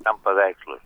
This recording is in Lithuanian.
tam paveikslui